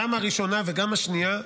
גם הראשונה וגם השנייה,